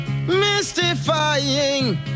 mystifying